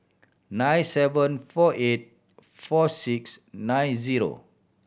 nine seven four eight four six nine zero